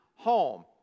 home